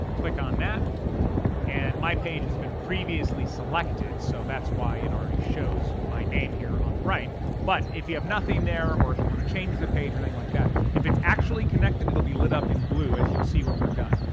click on that and my page has been previously selected so that's why it already shows my name here on the right but if you have nothing there or if you want to change the page, anything like that, if it's actually connected it'll be lit up in blue as you'll see when we're done.